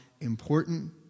important